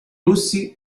russi